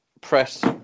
press